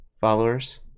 followers